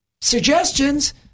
suggestions